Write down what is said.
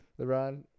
LeBron